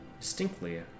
distinctly